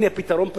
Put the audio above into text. הנה פתרון פשוט.